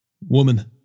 Woman